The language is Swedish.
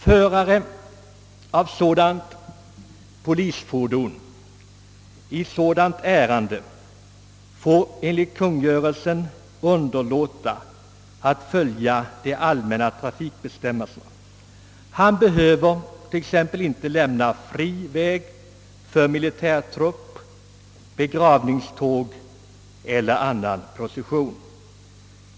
Förare av polisfordon i sådant ärende får enligt kungörelsen underlåta att följa de allmänna trafikbestämmelserna. Han behöver t.ex. inte lämna fri väg för militärtrupp, begravningsåg eller annan procession.